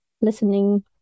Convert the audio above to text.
listening